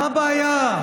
מה הבעיה?